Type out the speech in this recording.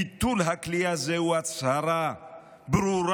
ביטול הכלי הזה הוא הצהרה ברורה